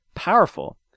powerful